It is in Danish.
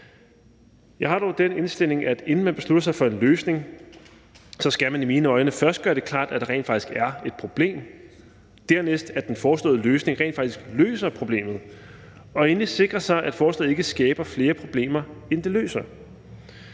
Jeg har dog den indstilling, at inden man beslutter sig for en løsning, skal man i mine øjne først gøre det klart, at der rent faktisk er et problem, dernæst gøre det klart, at den foreslåede løsning rent faktisk løser problemet, og endelig sikre sig, at forslaget ikke skaber flere problemer, end det løser.